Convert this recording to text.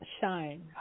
shine